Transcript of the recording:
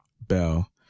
Bell